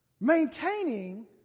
Maintaining